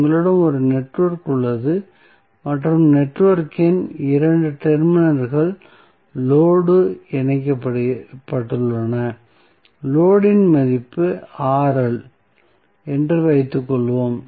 உங்களிடம் ஒரு நெட்வொர்க் உள்ளது மற்றும் நெட்வொர்க்கின் 2 டெர்மினல்கள் லோடு இணைக்கப்பட்டுள்ளன லோடு இன் மதிப்பு என்று வைத்துக்கொள்வோம்